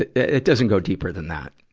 it it doesn't go deeper than that.